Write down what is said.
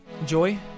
enjoy